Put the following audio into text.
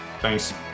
Thanks